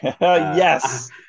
yes